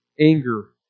anger